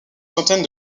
centaine